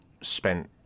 spent